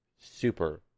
super